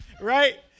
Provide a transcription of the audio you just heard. right